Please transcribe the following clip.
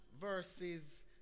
verses